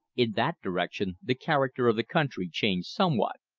in that direction the character of the country changed somewhat.